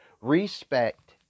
Respect